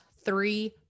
three